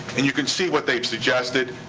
and you can see what they've suggested.